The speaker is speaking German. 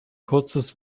kurzes